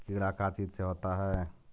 कीड़ा का चीज से होता है?